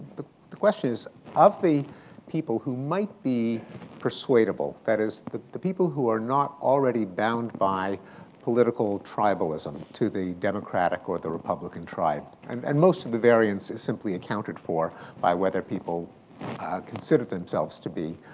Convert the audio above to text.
the the question is of the people who might be persuadable, that is, the the people who are not already bound by political tribalism to the democratic or the republican tribe, and and most of the variance is simply accounted for by whether people consider themselves to be